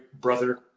brother